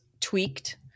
tweaked